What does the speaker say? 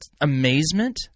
amazement